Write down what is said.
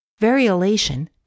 Variolation